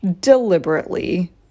deliberately